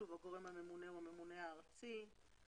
הגורם הממונה הוא הממונה הארצי לענייני ירושה.